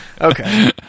Okay